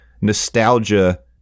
nostalgia